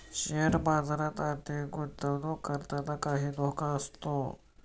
share बाजारात आर्थिक गुंतवणूक करताना काही धोका असतो